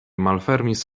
malfermis